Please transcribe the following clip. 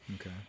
Okay